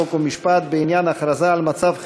חוק ומשפט בעניין הכרזה על מצב חירום,